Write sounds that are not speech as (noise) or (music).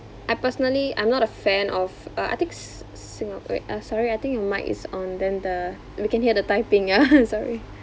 I personally I'm not a fan of uh I think s~ s~ singa~ wait uh sorry I think your mic is on then the we can hear the typing ya (noise) sorry